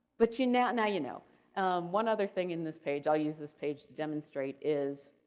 but, you know and you know one other thing in this page, i use this page to demonstrate is